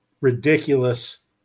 ridiculous